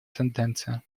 тенденция